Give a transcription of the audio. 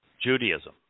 Judaism